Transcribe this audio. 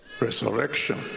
resurrection